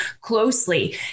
closely